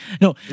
no